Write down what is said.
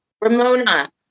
Ramona